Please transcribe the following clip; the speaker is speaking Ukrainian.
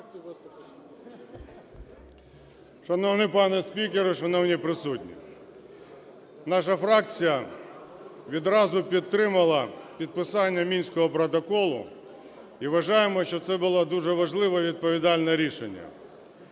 Шановний пане спікере, шановні присутні, наша фракція відразу підтримала підписання мінського протоколу і вважаємо, що це було дуже важливе і відповідальне рішення.